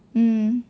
mm